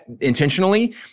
intentionally